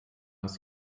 ist